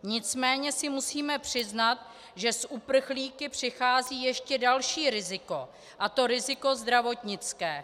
Nicméně si musíme přiznat, že s uprchlíky přichází ještě další riziko, a to riziko zdravotnické.